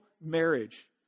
marriage